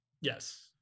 Yes